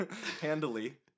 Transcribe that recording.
handily